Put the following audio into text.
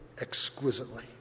exquisitely